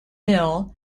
mill